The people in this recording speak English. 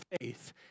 faith